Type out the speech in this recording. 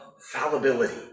fallibility